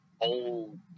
old